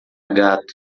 gato